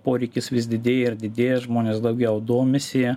poreikis vis didėja ir didėja žmonės daugiau domisi